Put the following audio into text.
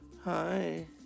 Hi